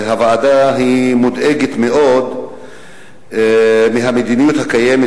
הוועדה מודאגת מאוד מהמדיניות הקיימת